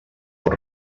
pot